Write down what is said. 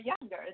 younger